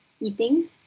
eating